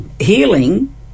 Healing